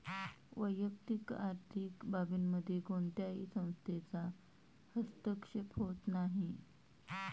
वैयक्तिक आर्थिक बाबींमध्ये कोणत्याही संस्थेचा हस्तक्षेप होत नाही